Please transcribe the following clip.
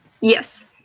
Yes